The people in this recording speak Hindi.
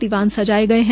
दीवान सजायें गये है